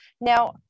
Now